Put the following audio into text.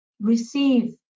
receive